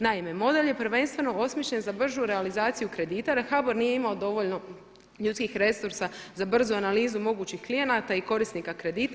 Naime, model je prvenstveno osmišljen za bržu realizaciju kredita, da HBOR nije imao dovoljno ljudskih resursa za brzu analizu mogućih klijenata i korisnika kredita.